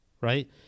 right